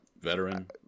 Veteran